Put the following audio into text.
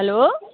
hello